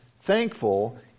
thankful